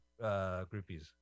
groupies